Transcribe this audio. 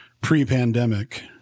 pre-pandemic